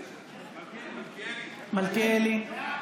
מלכיאלי,